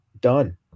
done